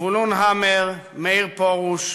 זבולון המר, מאיר פרוש,